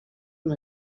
una